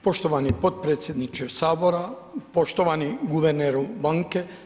Poštovani podpredsjedniče Sabora, poštovani guverneru banke.